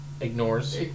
ignores